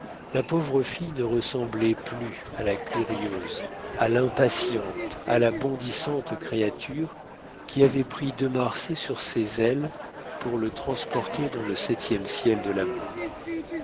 la pauvre fille ne ressemblait plus à la curieuse à l'impatiente à la bondissante créature qui avait pris de marsay sur ses ailes pour le transporter dans le septième ciel de l'amour